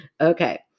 Okay